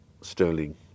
sterling